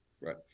right